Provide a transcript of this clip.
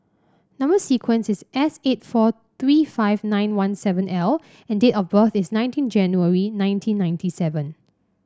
number sequence is S eight four three five nine one seven L and date of birth is nineteen January nineteen ninety seven